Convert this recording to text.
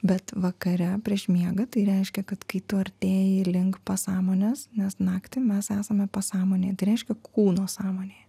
bet vakare prieš miegą tai reiškia kad kai tu artėji link pasąmonės nes naktį mes esame pasąmonėje tai reiškia kūno sąmonėje